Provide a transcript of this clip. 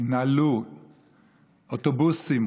ינעלו אוטובוסים,